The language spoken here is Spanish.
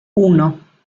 uno